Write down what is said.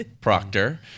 Proctor